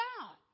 God